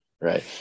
Right